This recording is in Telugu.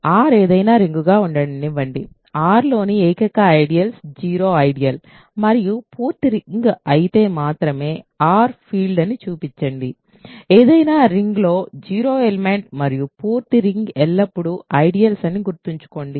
కాబట్టి R ఏదైనా రింగ్ గా ఉండనివ్వండి R లోని ఏకైక ఐడియల్స్ 0 ఐడియల్ మరియు పూర్తి రింగ్ అయితే మాత్రమే R ఫీల్డ్ అని చూపండి ఏదైనా రింగ్ లో జీరో ఐడియల్ మరియు పూర్తి రింగ్ ఎల్లప్పుడూ ఐడియల్స్ అని గుర్తుంచుకోండి